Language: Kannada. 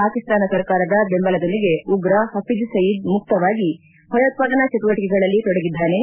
ಪಾಕಿಸ್ತಾನ ಸರ್ಕಾರದ ಬೆಂಬಲದೊಂದಿಗೆ ಉಗ್ರ ಹಫೀಜ್ ಸಯೀದ್ ಮುಕ್ತವಾಗಿ ಭಯೋತ್ಪಾದನಾ ಚಟುವಟಕೆಗಳಲ್ಲಿ ತೊಡಗಿದ್ದಾನೆ